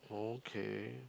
okay